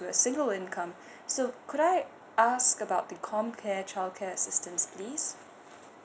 a single income so could I ask about the comcare childcare assistance please